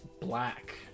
black